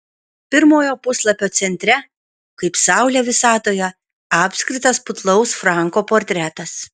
pirmojo puslapio centre kaip saulė visatoje apskritas putlaus franko portretas